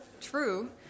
true